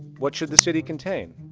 what should the city contain?